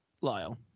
lyle